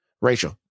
Rachel